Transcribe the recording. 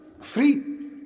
Free